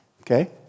Okay